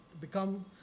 become